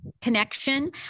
connection